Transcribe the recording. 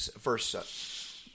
verse